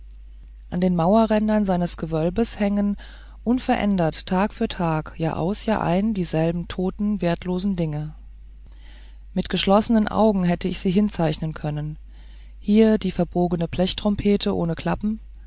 an den mauerrändern seines gewölbes hängen unverändert tag für tag jahraus jahrein dieselben toten wertlosen dinge mit geschlossenen augen hätte ich sie hinzeichnen können hier die verbogene blechtrompete ohne klappen